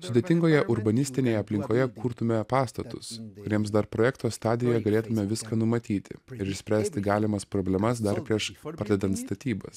sudėtingoje urbanistinėje aplinkoje kurtume pastatus kuriems dar projekto stadijo galėtume viską numatyti ir išspręsti galimas problemas dar prieš pradedant statybas